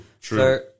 true